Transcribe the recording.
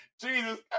Jesus